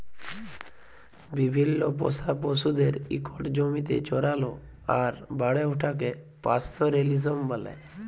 বিভিল্ল্য পোষা পশুদের ইকট জমিতে চরাল আর বাড়ে উঠাকে পাস্তরেলিজম ব্যলে